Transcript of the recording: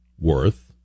worth